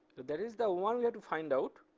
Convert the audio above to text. that is the one we have to find out